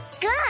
Good